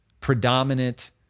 predominant